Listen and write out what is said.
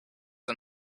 and